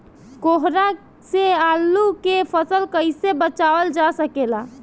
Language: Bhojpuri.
कोहरा से आलू के फसल कईसे बचावल जा सकेला?